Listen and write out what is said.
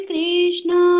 Krishna